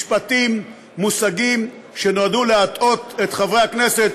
משפטים ומושגים שנועדו להטעות את חברי הכנסת,